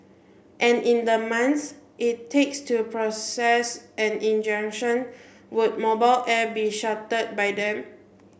and in the months it takes to process an injunction would mobile air be shuttered by then